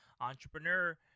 Entrepreneur